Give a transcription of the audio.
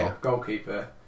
Goalkeeper